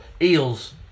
Eels